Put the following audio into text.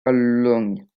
lognes